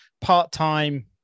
part-time